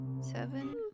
Seven